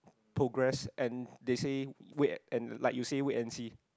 progress and they say wait and like you say wait and see